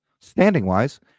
standing-wise